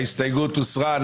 ההסתייגות הוסרה.